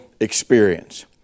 experience